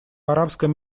арабском